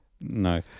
No